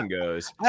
goes